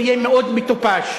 זה יהיה מאוד מטופש,